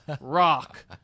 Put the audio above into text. rock